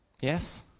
Yes